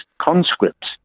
conscripts